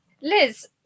Liz